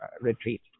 retreat